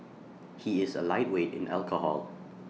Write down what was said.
he is A lightweight in alcohol